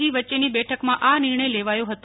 જી વચ્ચૈની બેઠકમાં આ નિર્ણય લેવાયો હતો